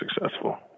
successful